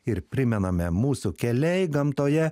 ir primename mūsų keliai gamtoje